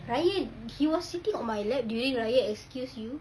raya he was sitting on my lap during raya excuse you